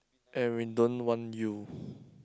and we don't want you